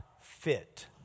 fit